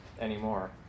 anymore